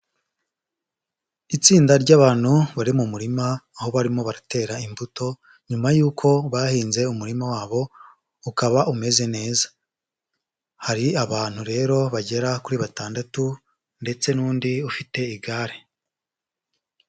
Itsinda ry'abantu bari mu murima aho barimo baratera imbuto nyuma yuko bahinze umurima wabo ukaba umeze neza. Hari abantu rero bagera kuri batandatu ndetse n'undi ufite igare.